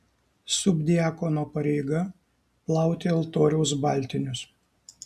subdiakono pareiga plauti altoriaus baltinius